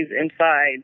inside